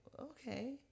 okay